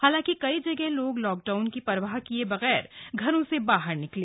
हालांकि कई जगह लोग लॉकडाउन की परवाह किये बगैर घरों से बाहर निकले